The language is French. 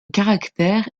caractère